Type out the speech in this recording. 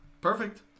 Perfect